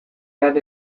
lan